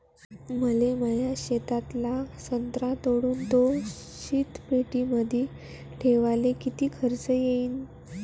मले माया शेतातला संत्रा तोडून तो शीतपेटीमंदी ठेवायले किती खर्च येईन?